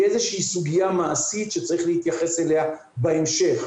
היא איזושהי סוגיה מעשית שצריך להתייחס אליה בהמשך.